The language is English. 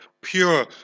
pure